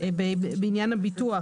בעניין הביטוח.